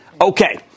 Okay